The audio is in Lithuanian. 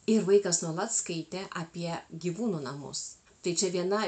ir vaikas nuolat skaitė apie gyvūnų namus tai čia viena